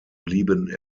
blieben